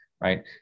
Right